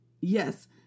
Yes